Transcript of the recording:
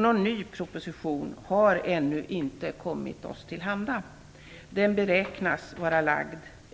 Någon ny proposition har ännu inte kommit oss till handa. Den beräknas att